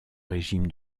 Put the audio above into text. régime